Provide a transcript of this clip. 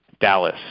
Dallas